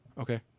okay